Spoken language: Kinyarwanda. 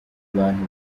bantu